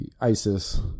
ISIS